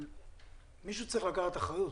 מישהו צריך לקחת אחריות.